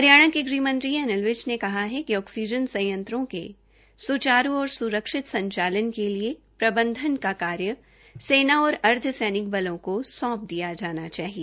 हरियाणा के ग़्ह मंत्री अनिल विज ने कहा है कि ऑक्सीजन संयंत्रों के स्चारू और स्रक्षित संचालन के लिए प्रबंधन का कार्य सेना और अर्द्वसैनिक बलों को सौंप दिया जाना चाहिए